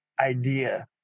idea